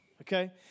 okay